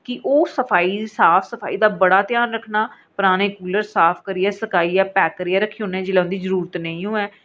कि ओह् सफाई साफ सफाई दा बड़ा घ्यान रक्खना पुराने कूलर साफ करियै रक्खने ते सुखाइयै पैक करियै रक्खने जिसलै उंदी जरूरत नेईं होऐ